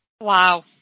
Wow